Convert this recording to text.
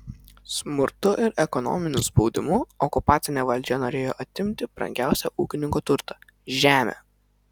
smurtu ir ekonominiu spaudimu okupacinė valdžia norėjo atimti brangiausią ūkininko turtą žemę